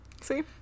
see